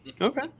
Okay